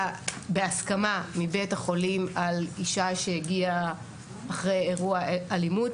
בהסכמה מבית החולים על אישה שהגיעה אחרי אירוע אלימות?